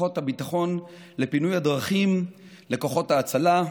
כוחות הביטחון לפינוי הדרכים לכוחות ההצלה,